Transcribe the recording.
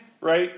Right